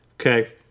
Okay